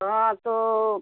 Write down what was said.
हाँ तो